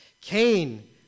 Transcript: Cain